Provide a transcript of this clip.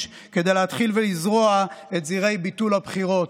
כדי להתחיל ולזרוע את זרעי ביטול הבחירות,